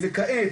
וכעת,